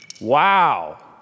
Wow